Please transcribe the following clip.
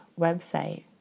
website